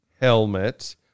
helmet